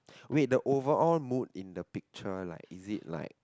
wait the overall mood in the picture like is it like